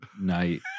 night